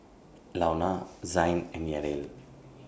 Launa Zayne and Yadiel